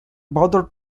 bother